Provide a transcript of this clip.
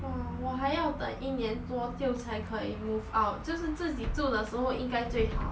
!wah! 我还要等一年多就才可以 move out 就是自己住的时候应该最好